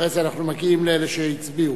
אחרי זה אנחנו מגיעים לאלה שהצביעו,